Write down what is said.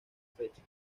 fecha